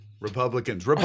Republicans